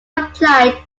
applied